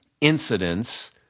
incidents